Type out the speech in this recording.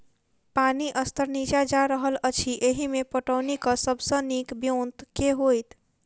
पानि स्तर नीचा जा रहल अछि, एहिमे पटौनीक सब सऽ नीक ब्योंत केँ होइत?